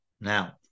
now